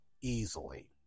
easily